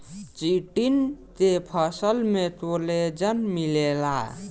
chitin के फसल में कोलेजन मिलेला